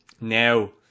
now